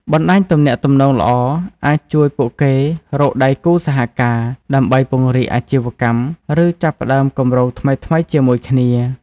បណ្តាញទំនាក់ទំនងល្អអាចជួយពួកគេរក ដៃគូសហការ ដើម្បីពង្រីកអាជីវកម្ម ឬចាប់ផ្តើមគម្រោងថ្មីៗជាមួយគ្នា។